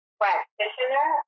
practitioner